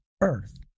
earth